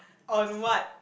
on what